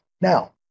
now